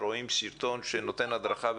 רואים סרטון שנותן הדרכה,